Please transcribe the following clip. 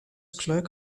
clerk